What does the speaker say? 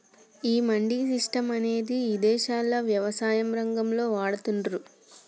ఈ మండీ సిస్టం అనేది ఇదేశాల్లో యవసాయ రంగంలో వాడతాన్రు